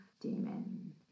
demon